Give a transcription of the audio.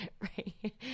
right